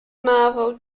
marvel